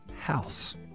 house